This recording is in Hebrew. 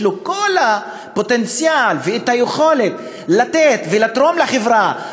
יש לו כל הפוטנציאל והיכולת לתת ולתרום לחברה,